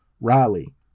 Riley